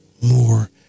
More